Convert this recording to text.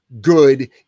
Good